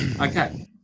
Okay